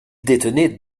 détenait